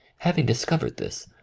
having discovered this,